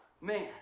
Man